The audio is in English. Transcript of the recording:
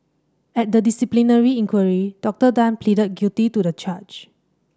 at the disciplinary inquiry Doctor Tan pleaded guilty to the charge